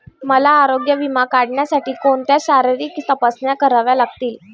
मला आरोग्य विमा काढण्यासाठी कोणत्या शारीरिक तपासण्या कराव्या लागतील?